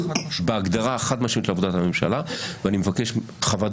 בהגדרה חד משמעית לעבודת הממשלה ואני מבקש חוות